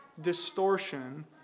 distortion